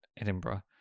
Edinburgh